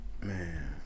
Man